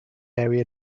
area